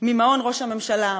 ממעון ראש הממשלה.